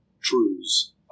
truths